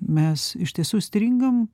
mes iš tiesų stringam